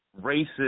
racist